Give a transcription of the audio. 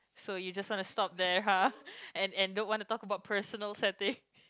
so you just wanna stop there !huh! and and don't wanna talk about personal setting